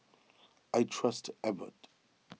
I trust Abbott